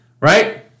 right